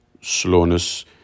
slowness